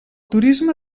turisme